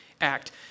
act